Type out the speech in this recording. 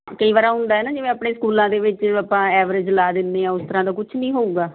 ਕਈ ਵਾਰ ਐਂ ਹੁੰਦਾ ਨਾ ਜਿਵੇਂ ਆਪਣੇ ਸਕੂਲਾਂ ਦੇ ਵਿੱਚ ਆਪਾਂ ਐਵਰੇਜ ਲਾ ਦਿੰਦੇ ਹਾਂ ਉਸ ਤਰ੍ਹਾਂ ਦਾ ਕੁਛ ਨਹੀਂ ਹੋਊਗਾ